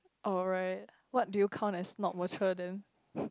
alright what do you count as not mature then